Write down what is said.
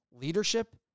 leadership